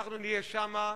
אנחנו נהיה שם,